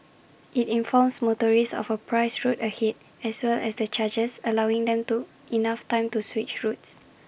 IT informs motorists of A priced road ahead as well as the charges allowing them to enough time to switch routes